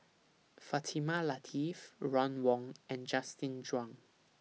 Fatimah Lateef Ron Wong and Justin Zhuang